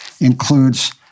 includes